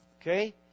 Okay